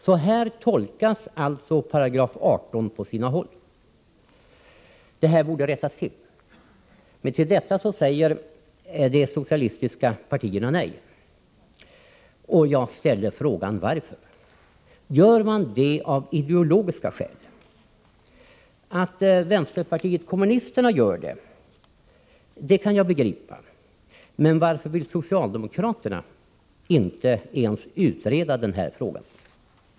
Så tolkas alltså 18 § på sina håll. Det här påtalade förhållandet borde rättas till, men till detta säger de socialistiska partierna nej. Varför? Gör ni det av ideologiska skäl? Att vänsterpartiet kommunisterna gör det kan jag begripa, men varför vill socialdemokraterna inte ens utreda frågan?